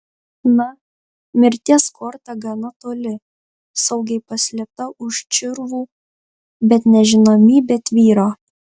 na mirties korta gana toli saugiai paslėpta už čirvų bet nežinomybė tvyro